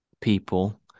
people